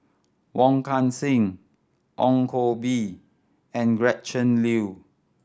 Wong Kan Seng Ong Koh Bee and Gretchen Liu